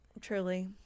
Truly